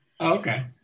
okay